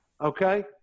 Okay